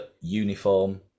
uniform